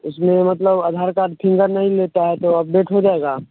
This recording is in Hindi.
इसमें मतलब आधार कार्ड फिंगर नहीं लेता है तो अपडेट हो जाएगा